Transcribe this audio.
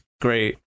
great